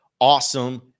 awesome